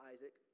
Isaac